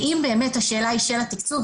ואם באמת השאלה היא של התקצוב,